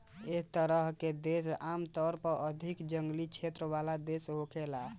एह तरह के देश आमतौर पर अधिक जंगली क्षेत्र वाला देश होखेला